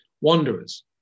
Wanderers